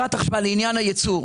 לעניין הייצור.